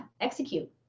execute